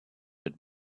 with